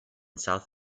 south